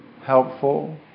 helpful